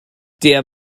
der